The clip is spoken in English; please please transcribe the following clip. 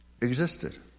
existed